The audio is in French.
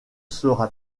sera